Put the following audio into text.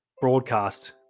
broadcast